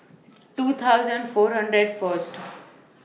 two thousand four hundred First